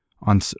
on